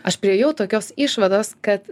aš priėjau tokios išvados kad